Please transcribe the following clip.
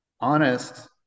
honest